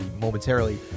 momentarily